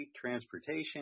transportation